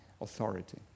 authority